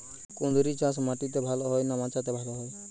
কুঁদরি চাষ মাটিতে ভালো হয় না মাচাতে ভালো হয়?